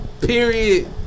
Period